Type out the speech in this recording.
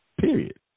period